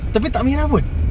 tapi tak merah pun